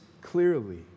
clearly